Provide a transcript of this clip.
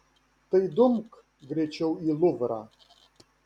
tai dumk greičiau į luvrą